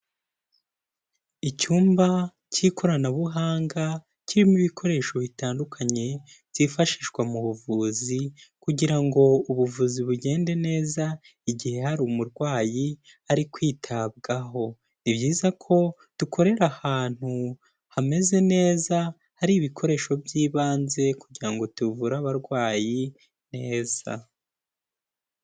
Icyumba cy'ikoranabuhanga kirimo ibikoresho bitandukanye byifashishwa mu buvuzi kugira ngo ubuvuzi bugende neza, igihe hari umurwayi ari kwitabwaho, ni byiza ko dukorera ahantu hameze neza, hari ibikoresho by'ibanze kugira ngo tuvure abarwayi neza.